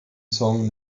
song